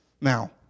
Now